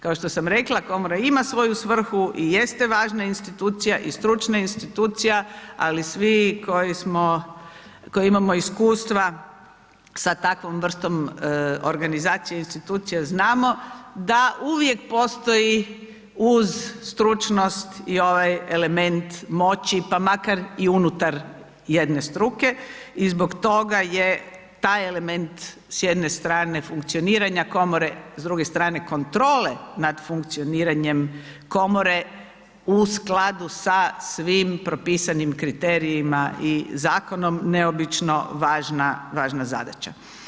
Kao što sam rekla komora ima svoju svrhu i jeste važna institucija i stručna institucija, ali svi koji imamo iskustva sa takvom vrstom organizacije institucija znamo da uvijek postoji uz stručnost i ovaj element moći, pa makar i unutar jedne struke i zbog toga je taj element s jedne strane funkcioniranja komore, s druge strane kontrole nad funkcioniranjem komore u skladu sa svim propisanim kriterijima i zakonom neobično važna zadaća.